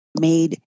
made